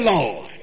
Lord